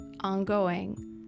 ongoing